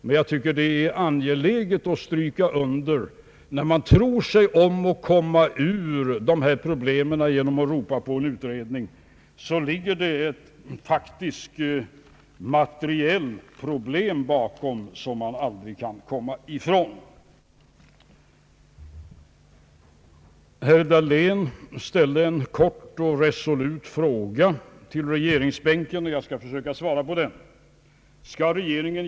När man tror sig om att komma ur dessa problem genom att ropa på en utredning, tycker jag emellertid att det är angeläget att understryka att det bakom ligger materiella problem som man aldrig kan komma ifrån. Herr Dahlén ställde en kort och resolut fråga till regeringsbänken, nämligen om regeringen skall försöka genomföra grundlagsreformen.